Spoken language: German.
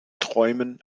träumen